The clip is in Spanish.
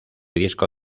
disco